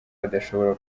badashoboye